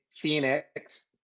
Phoenix